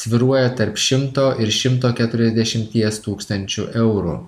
svyruoja tarp šimto ir šimto keturiasdešimties tūkstančių eurų